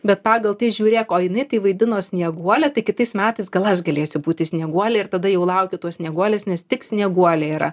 bet pagal tai žiūrėk o jinai tai vaidino snieguolę tai kitais metais gal aš galėsiu būti snieguolė ir tada jau laukiu tos snieguolės nes tik snieguolė yra